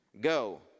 go